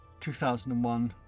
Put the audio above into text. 2001